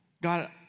God